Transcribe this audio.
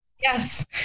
Yes